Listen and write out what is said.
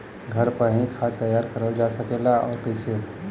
घर पर भी खाद तैयार करल जा सकेला और कैसे?